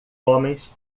homens